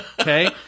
okay